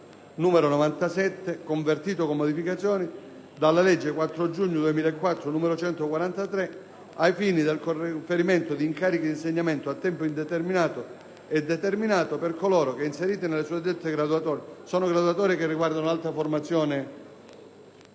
n. 97, convertito, con modificazioni, dalla legge 4 giugno 2004, n. 143, ai fini del conferimento di incarichi di insegnamento a tempo indeterminato e determinato per coloro che, inseriti nelle suddette graduatorie» - sono graduatorie che riguardano l'alta formazione